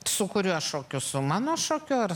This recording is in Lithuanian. su kuriuo šokio su mano šokiu ar